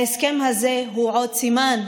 ההסכם הזה הוא עוד סימן,